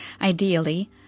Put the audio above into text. Ideally